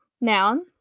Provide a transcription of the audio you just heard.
Noun